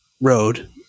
road